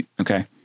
Okay